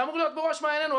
זה אמור להיות בראש מעניינינו.